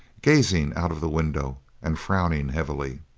gazing out of the window and frowning heavily.